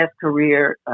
Career